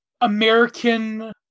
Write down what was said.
American